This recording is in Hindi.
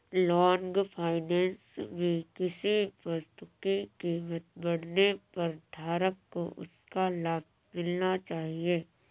लॉन्ग फाइनेंस में किसी वस्तु की कीमत बढ़ने पर धारक को उसका लाभ मिलना चाहिए